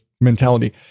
mentality